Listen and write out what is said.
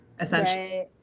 essentially